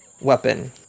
weapon